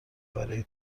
برای